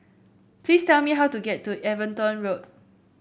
please tell me how to get to Everton Road